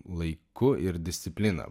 laiku ir disciplina